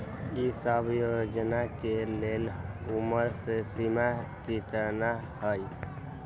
ई सब योजना के लेल उमर के सीमा केतना हई?